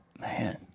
man